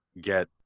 get